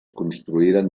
construïren